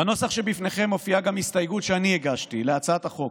בנוסח שבפניכם מופיעה גם הסתייגות שאני הגשתי להצעת החוק,